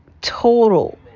total